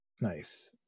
Nice